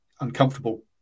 uncomfortable